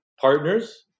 partners